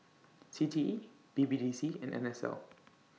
C T E B B D C and N S L